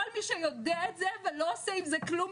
כל מי שיודע את זה ולא עושה עם זה כלום,